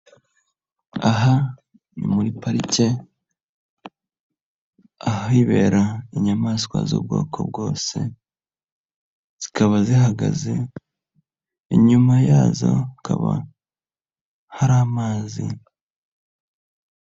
Aha ni muri parike, ahibera inyamaswa z'ubwoko bwose, zikaba zihagaze. Inyuma yazo hakaba hari amazi.